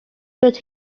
could